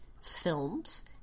films